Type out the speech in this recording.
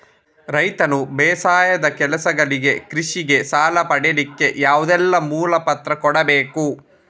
ರೈತನು ಬೇಸಾಯದ ಕೆಲಸಗಳಿಗೆ, ಕೃಷಿಗೆ ಸಾಲ ಪಡಿಲಿಕ್ಕೆ ಯಾವುದೆಲ್ಲ ಮೂಲ ಪತ್ರ ಕೊಡ್ಬೇಕು?